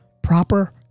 Proper